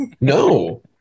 no